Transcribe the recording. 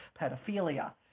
pedophilia